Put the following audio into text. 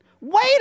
Wait